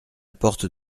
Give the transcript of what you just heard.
porte